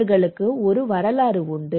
அவர்களுக்கு ஒரு வரலாறு உண்டு